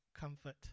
comfort